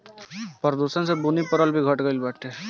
प्रदूषण से बुनी परल भी घट गइल बाटे